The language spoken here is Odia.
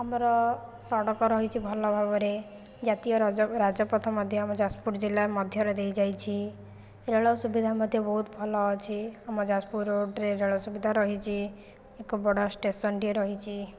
ଆମର ସଡ଼କ ରହିଛି ଭଲ ଭାବରେ ଜାତୀୟ ରଜ ରାଜପଥ ମଧ୍ୟ ଆମ ଯାଜପୁର ଜିଲ୍ଲା ମଧ୍ୟରେ ଦେଇ ଯାଇଛି ରେଳ ସୁବିଧା ମଧ୍ୟ ବହୁତ ଭଲ ଅଛି ଆମ ଯାଜପୁର ରୋଡ଼ରେ ରେଳ ସୁବିଧା ରହିଛି ଏକ ବଡ଼ ଷ୍ଟେସନଟିଏ ରହିଛି